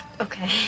Okay